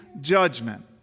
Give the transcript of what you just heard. judgment